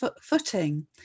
footing